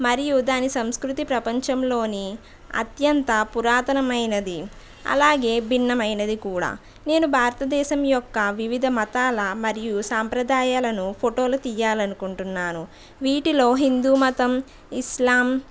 మరియు దాని సంస్కృతి ప్రపంచంలోని అత్యంత పురాతనమైనది అలాగే భిన్నమైనది కూడా నేను భారతదేశం యొక్క వివిధ మతాల మరియు సాంప్రదాయాలను ఫోటోలు తీయాలని అకుంటున్నాను వీటిలో హిందూ మతం ఇస్లాం